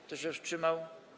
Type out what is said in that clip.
Kto się wstrzymał?